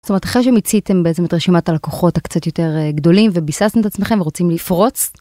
זאת אומרת אחרי שמיציתם בעצם את רשימת הלקוחות הקצת יותר גדולים וביססתם את עצמכם ורוצים לפרוץ.